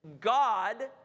God